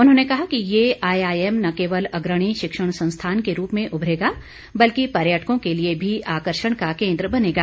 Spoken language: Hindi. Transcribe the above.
उन्होंने कहा कि ये आईआईएम न केवल अग्रणी शिक्षण संस्थान के रूप में उभरेगा बल्कि पर्यटकों के लिए भी आकर्षण का केंद्र बनेगा